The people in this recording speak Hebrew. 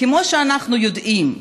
כמו שאנחנו יודעים,